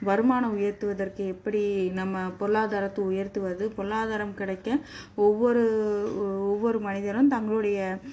வருமானம் உயர்த்துவதற்கு எப்படி நம்ம பொருளாதாரத்தை உயர்த்துவது பொருளாதாரம் கிடைக்க ஒவ்வொரு ஒவ்வொரு மனிதரும் தங்களுடைய